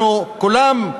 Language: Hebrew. אנחנו, כולם,